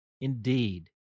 indeed